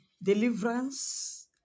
deliverance